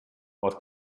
what